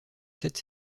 sept